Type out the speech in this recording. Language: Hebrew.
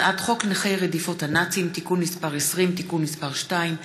הצעת חוק נכי רדיפות הנאצים (תיקון מס' 20) (תיקון מס' 2),